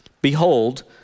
Behold